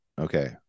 Okay